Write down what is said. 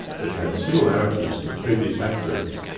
but had similarities to previous accidents.